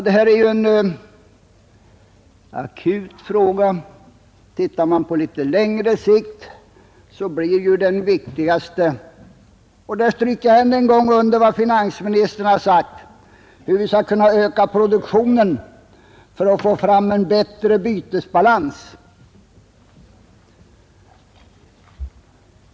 Det här är ju en akut fråga. Ser man det hela på litet längre sikt blir det viktigaste — här stryker jag än en gång under vad finansministern har sagt — hur vi skall kunna öka produktionen för att få fram en bättre bytesbalans.